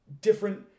different